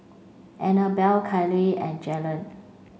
Anabel Kyleigh and Jalyn